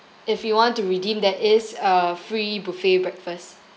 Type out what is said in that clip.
if you want to redeem that is a free buffet breakfast